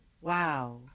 Wow